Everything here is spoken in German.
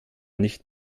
nicht